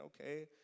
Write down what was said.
Okay